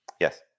Yes